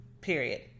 Period